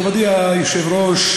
מכובדי היושב-ראש,